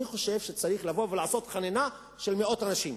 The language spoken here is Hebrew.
אני חושב שצריך לבוא ולתת חנינה למאות אנשים,